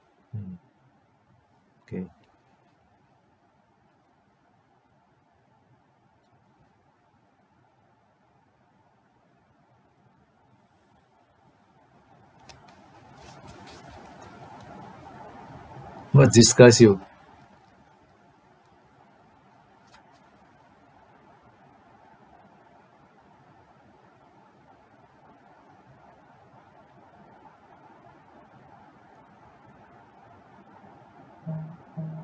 mm okay what disgusts you